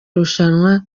rushanwa